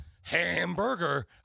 hamburger